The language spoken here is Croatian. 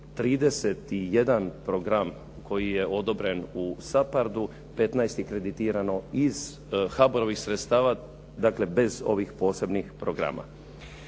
31 program koji je odobren u SAPARD-u, 15 je kreditirano iz HBOR-ovih sredstava, dakle bez ovih posebnih programa.